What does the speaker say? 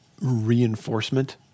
reinforcement